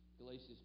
Galatians